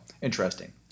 interesting